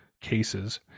cases